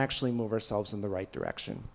actually move ourselves in the right direction